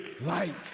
light